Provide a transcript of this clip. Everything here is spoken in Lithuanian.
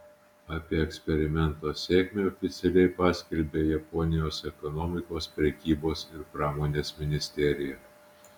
apie eksperimento sėkmę oficialiai paskelbė japonijos ekonomikos prekybos ir pramonės ministerija